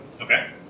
Okay